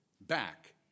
back